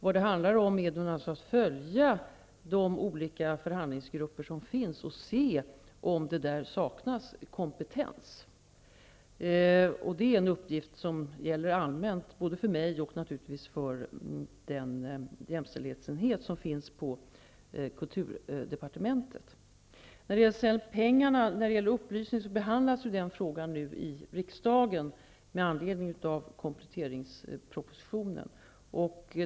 Vad det handlar om är då naturligtvis att följa de olika förhandlingsgrupper som finns och se om det där saknas kompetens. Det är en uppgift som gäller allmänt, både för mig och för den jämställdhetsenhet som finns på kulturdepartementet. Frågan om pengarna och informationen behandlas ju nu i riksdagen med anledning av kompletteringspropositionen.